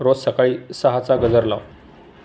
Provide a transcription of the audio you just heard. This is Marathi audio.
रोज सकाळी सहाचा गजर लाव